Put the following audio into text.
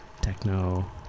techno